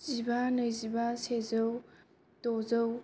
जिबा नैजिबा सेजौ द'जौ